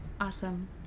Awesome